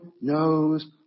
knows